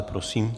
Prosím.